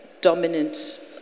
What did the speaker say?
dominant